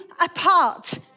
apart